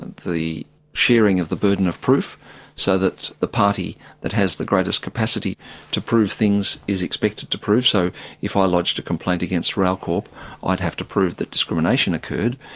and the sharing of the burden of proof so that the party that has the greatest capacity to prove things is expected to prove. so if i lodged a complaint against rail corp i'd have to prove that discrimination occurred,